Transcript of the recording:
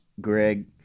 Greg